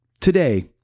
Today